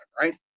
right